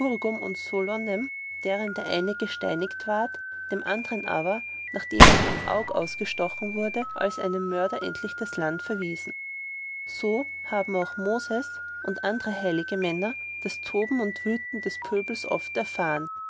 deren der eine gesteiniget ward dem andern aber nachdem ihm ein aug ausgestochen wurde als einem mörder endlich das land verwiesen so haben auch moses und andere heilige männer das toben und wüten des pöbels oft erfahren